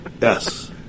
Yes